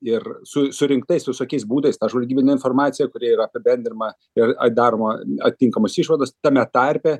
ir su surinktais visokiais būdais ta žvalgybinė informacija kuri yra apibendrinama ir daroma atitinkamas išvadas tame tarpe